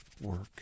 work